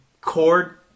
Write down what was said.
Cord